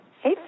Hey